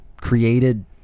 created